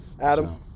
Adam